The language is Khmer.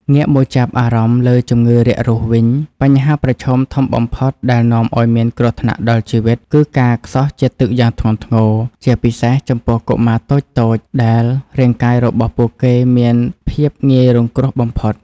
ងាកមកចាប់អារម្មណ៍លើជំងឺរាករូសវិញ បញ្ហាប្រឈមធំបំផុតដែលនាំឱ្យមានគ្រោះថ្នាក់ដល់ជីវិត គឺការខ្សោះជាតិទឹកយ៉ាងធ្ងន់ធ្ងរ ជាពិសេសចំពោះកុមារតូចៗដែលរាងកាយរបស់ពួកគេមានភាពងាយរងគ្រោះបំផុត។